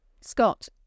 Scott